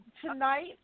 Tonight